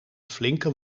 flinke